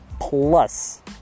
plus